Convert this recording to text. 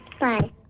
Bye